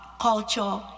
culture